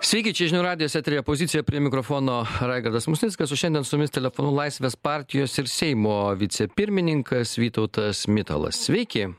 sveiki čia žinių radijas eteryje pozicija prie mikrofono raigardas musnickas o šiandien su jumis telefonu laisvės partijos ir seimo vicepirmininkas vytautas mitalas sveiki